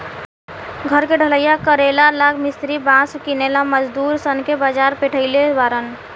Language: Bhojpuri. घर के ढलइया करेला ला मिस्त्री बास किनेला मजदूर सन के बाजार पेठइले बारन